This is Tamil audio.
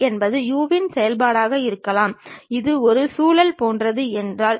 அதைப்போலவே ஒரு செவ்வகம் இணைகரம் போன்று காட்சியளிக்கும்